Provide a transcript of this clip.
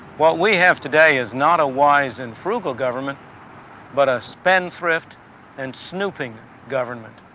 what we have today is not a wise and frugal government but a spendthrift and snooping government.